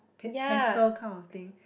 oa~ pastel kind of thing